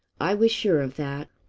i was sure of that.